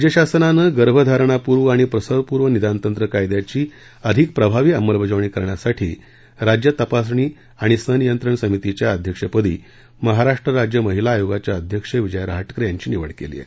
राज्य शासनानं गर्भधारणापूर्व आणि प्रसवपूर्व निदानतंत्र कायद्याची अधिक प्रभावी अंमलबजावणी करण्यासाठी राज्यतपासणी आणि सनियंत्रण समितीच्या अध्यक्षपदी महाराष्ट्र राज्य महिला आयोगाच्या अध्यक्ष विजया रहाटकर यांची निवड केली आहे